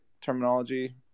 terminology